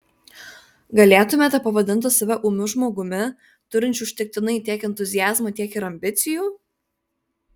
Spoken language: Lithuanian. galėtumėte pavadinti save ūmiu žmogumi turinčiu užtektinai tiek entuziazmo tiek ir ambicijų